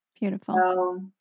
Beautiful